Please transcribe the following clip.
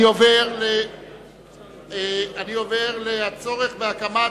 46 בעד, 21 נגד,